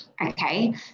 okay